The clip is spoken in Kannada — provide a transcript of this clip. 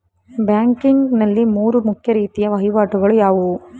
ಬ್ಯಾಂಕಿಂಗ್ ನಲ್ಲಿ ಮೂರು ಮುಖ್ಯ ರೀತಿಯ ವಹಿವಾಟುಗಳು ಯಾವುವು?